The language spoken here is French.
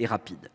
et rapide.